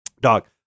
dog